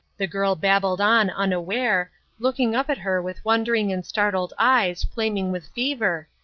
the girl babbled on unaware looking up at her with wondering and startled eyes flaming with fever,